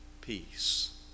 peace